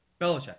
Belichick